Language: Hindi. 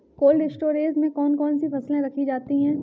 कोल्ड स्टोरेज में कौन कौन सी फसलें रखी जाती हैं?